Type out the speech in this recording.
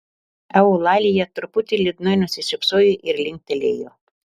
eulalija truputį liūdnai nusišypsojo ir linktelėjo